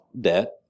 debt